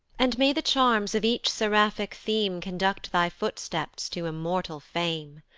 and may the charms of each seraphic theme conduct thy footsteps to immortal fame!